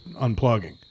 unplugging